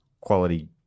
quality